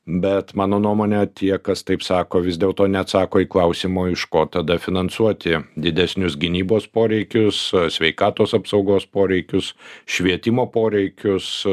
bet mano nuomone tie kas taip sako vis dėlto neatsako į klausimą o iš ko tada finansuoti didesnius gynybos poreikius sveikatos apsaugos poreikius švietimo poreikius